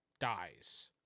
dies